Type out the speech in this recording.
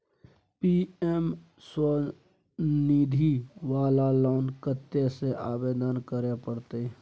PM Svanidhi वाला loan कत्ते से आवेदन करे परतै?